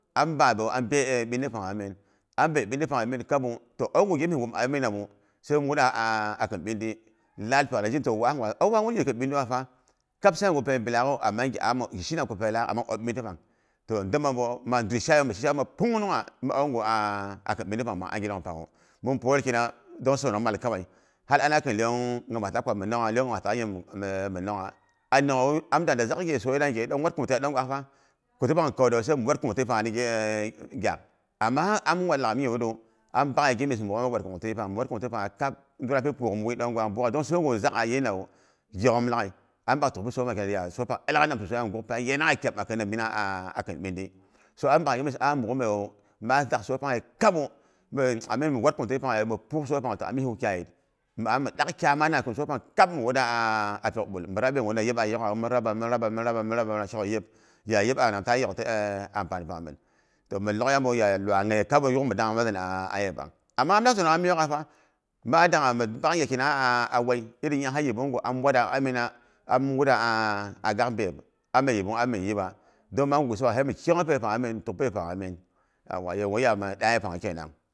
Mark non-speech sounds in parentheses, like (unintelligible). Am baabewu a bye e nbindiɨ pangha min am bye, ɓindiɨ panghe min kabuy toh augu gimis mi aminamu sai mi wura kin ɓindiɨ laad pyok'ghana. Zhena waa pang ko aunapa wur gin a kiun ɓindiɨwapa kab sa'igu peibilaakgu, ama gi she namlo pei laak, am ob ɓindɨi pang. Toh ndoma boh, ma ndyi shaiwu mishina be punungha, mi aungwu a kin ɓindi pang mang angilong pangwu. Min pwolkina dong sonong mal kawai. Har ana kin iyong nyima taak kpap mi war kungtiyan nongha ko iyong nyima taak nyim mi nongha. A nonghewu am dang da zak ghe soyera gheyei, dang nwat kungtiya ɗongwakfa koti pangu kore wu sai mil war kungtipang nigi e gyak. Ama har am wat laghai mi nyiru, am bakyei gimyes mi mughima wat kungti pang. Mi wat kungti pangya kabmi wara bilim wui ɗongwak. Don soi gwa zak'gha, ayinawu, gyok'ghm laghao am bak tukpi soi pang kunang ya soi pang ilan gha nam sosai, ya guk peiya yanagha wura a kin ɓin diɨ (unintelligible) mi a mi dak kyama kin soi pang mi wuda a pyok bul, mi rap yeguna yip ayoghawu, min raba, min raba min raba shok yip, shok yip amang ta yok ti e ampani pang nan min. Mi lokyiya bung ya lwai nyawu kabom mi dang mizina ayepang ama ama sonong am miyok'. gha fa. Maa daangha da mi bakye kina a wuei iri nyanghi yibungu am wada am ani na a gak myep, ame yibung a min yiba. Dong mang gwihi gwa hei mi kyongyoi paeipanghamin mi tukpii peipang min (unintelligible)